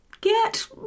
get